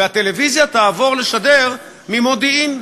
והטלוויזיה תעבור לשדר ממודיעין.